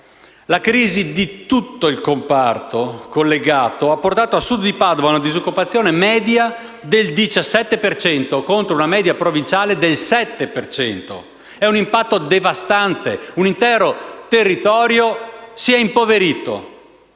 La crisi di tutto il comparto collegato ha portato a sud di Padova una disoccupazione media del 17 per cento contro una media provinciale del 7 per cento: è un impatto devastante; un intero territorio si è impoverito.